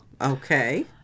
Okay